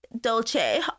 Dolce